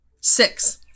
Six